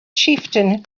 chieftain